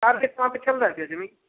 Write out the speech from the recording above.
क्या रेट वहाँ पर चल रहा है भैया ज़मीन